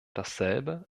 dasselbe